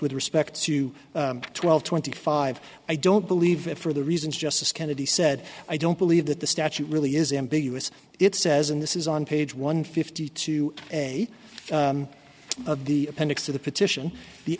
with respect to twelve twenty five i don't believe it for the reasons justice kennedy said i don't believe that the statute really is ambiguous it says and this is on page one fifty two of the